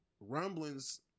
Rumbling's